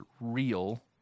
real